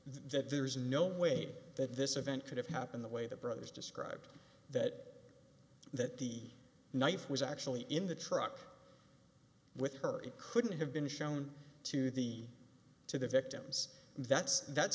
there's no way that this event could have happened the way the brothers described that that the knife was actually in the truck with her it couldn't have been shown to the to the victim's that's that's